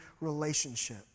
relationship